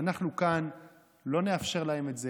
אנחנו כאן לא נאפשר להם את זה.